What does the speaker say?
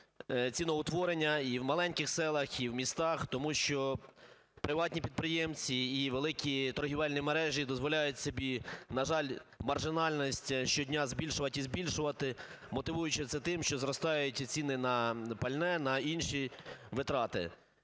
ціноутворення і в маленьких селах, і в містах. Тому що приватні підприємці і великі торговельні мережі дозволяють собі, на жаль, маржинальність щодня збільшувати і збільшувати, мотивуючи це тим, що зростають ціни на пальне, на інші витрати.